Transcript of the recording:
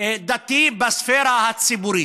דתי בספרה הציבורית.